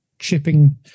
shipping